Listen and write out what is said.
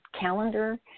calendar